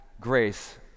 grace